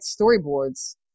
storyboards